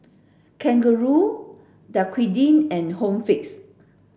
Kangaroo Dequadin and Home Fix